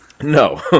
No